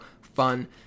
fun